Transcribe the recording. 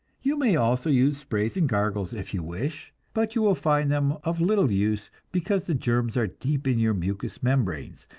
you may also use sprays and gargles if you wish, but you will find them of little use, because the germs are deep in your mucous membranes,